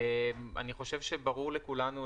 ברור לכולנו,